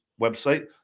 website